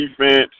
defense